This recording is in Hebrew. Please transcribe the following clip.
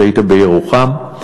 כשהיית בירוחם.